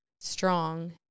strong